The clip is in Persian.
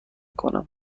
کنم